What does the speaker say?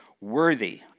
worthy